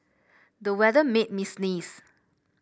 the weather made me sneeze